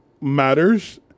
matters